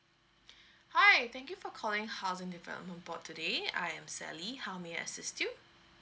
hi thank you for calling housing development board today I am sally how may I assist you